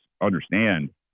understand